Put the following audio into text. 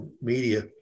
media